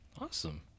Awesome